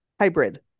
hybrid